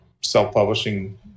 self-publishing